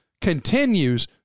continues